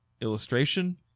illustration